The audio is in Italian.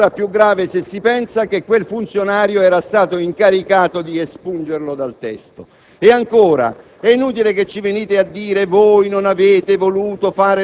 Io credo che in questa vicenda il Governo e la maggioranza abbiano una grossa, enorme responsabilità politica.